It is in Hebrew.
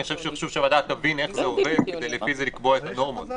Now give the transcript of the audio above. אני חושב שחשוב שהוועדה תבין איך זה עובד כדי לקבוע לפי זה את הנורמות.